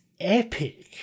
epic